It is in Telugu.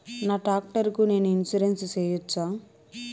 నా టాక్టర్ కు నేను ఇన్సూరెన్సు సేయొచ్చా?